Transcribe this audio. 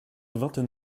vingt